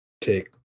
take